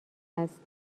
هست